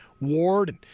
Ward